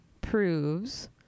proves